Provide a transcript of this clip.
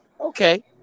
Okay